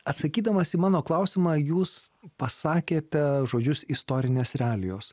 atsakydamas į mano klausimą jūs pasakėte žodžius istorinės realijos